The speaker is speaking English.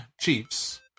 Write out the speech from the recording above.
Chiefs